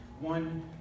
One